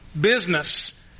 business